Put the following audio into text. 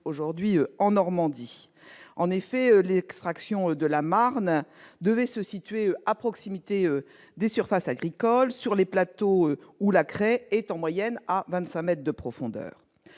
nombreuses en Normandie. En effet, les extractions de marne devaient se situer à proximité des surfaces agricoles situées sur les plateaux où la craie est en moyenne à 25 mètres de profondeur.